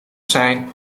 zijn